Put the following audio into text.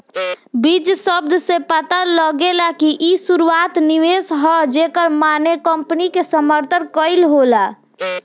बीज शब्द से पता लागेला कि इ शुरुआती निवेश ह जेकर माने कंपनी के समर्थन कईल होला